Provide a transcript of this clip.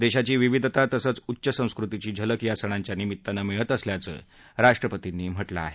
देशाची विविधता तसंच उच्च संस्कृतीची झलक या सणांच्या निमित्तानं मिळत असल्याचं राष्ट्रपतीनी म्हटलं आहे